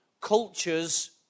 cultures